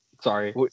Sorry